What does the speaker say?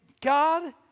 God